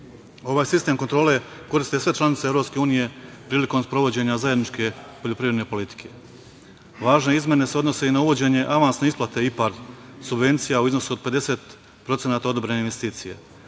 Ovaj sistem kontrole koriste sve članice Evropske unije prilikom sprovođenja zajedničke poljoprivredne politike. Važna izmene se odnose i na uvođenje avanske isplate IPARD subvencija u iznosu od 50% odobrene investicije,